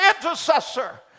intercessor